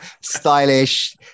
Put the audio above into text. stylish